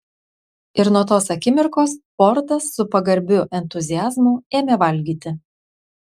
ir nuo tos akimirkos portas su pagarbiu entuziazmu ėmė valgyti